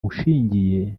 ushingiye